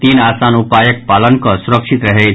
तीन आसान उपायक पालन कऽ सुरक्षित रहैथ